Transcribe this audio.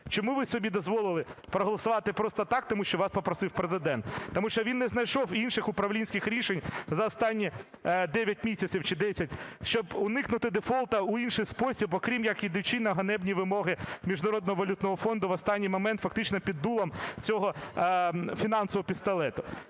Чому ви собі дозволили проголосувати просто так, тому що вас попросив Президент? Тому що він не знайшов інших управлінський рішень за останні дев'ять місяців, чи десять, щоб уникнути дефолту у інший спосіб, окрім як ідучи на ганебні вимоги Міжнародного валютного фонду в останній момент, фактично під дулом цього фінансового пістолету".